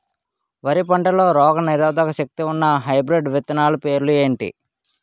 వరి పంటలో రోగనిరోదక శక్తి ఉన్న హైబ్రిడ్ విత్తనాలు పేర్లు ఏంటి?